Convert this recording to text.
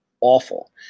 awful